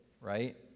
right